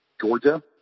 Georgia